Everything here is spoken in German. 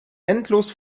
endlos